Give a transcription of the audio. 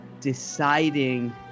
deciding